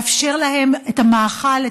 לאפשר להם את המאכל,